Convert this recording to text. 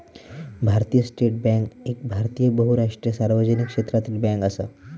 भारतीय state bank एक भारतीय बहुराष्ट्रीय सार्वजनिक क्षेत्रातली बॅन्क असा